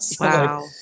Wow